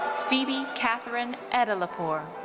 phoebe catherine edalatpour.